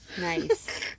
Nice